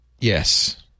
yes